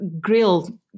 grilled